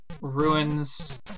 ruins